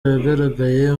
yagaragaye